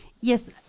Yes